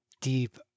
deep